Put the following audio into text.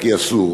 כי אסור,